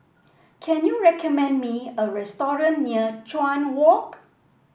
can you recommend me a restaurant near Chuan Walk